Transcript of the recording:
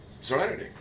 Serenity